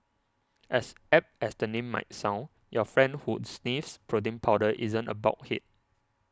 as apt as the name might sound your friend who sniffs protein powder isn't a bulkhead